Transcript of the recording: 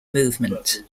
movement